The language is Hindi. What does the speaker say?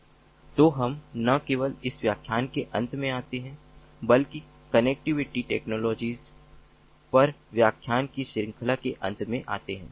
तो हम न केवल इस व्याख्यान के अंत में आते हैं बल्कि कनेक्टिविटी टेक्नोलॉजीज पर व्याख्यान की श्रृंखला के अंत में भी आते हैं